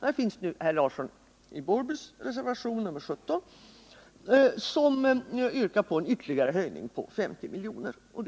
Här föreligger en reservation, nr 17 av herr Larsson i Borrby m.fl., som yrkar på ytterligare höjning med 50 milj.kr.